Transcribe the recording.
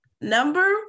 Number